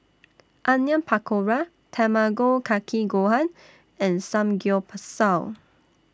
Onion Pakora Tamago Kake Gohan and Samgyeopsal